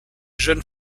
jeune